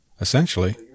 essentially